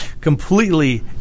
Completely